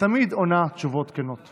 תמיד עונה תשובות כנות.